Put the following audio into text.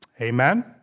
Amen